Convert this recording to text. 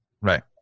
Right